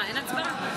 תאמין לי,